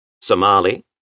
Somali